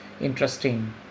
interesting